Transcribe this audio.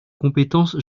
compétence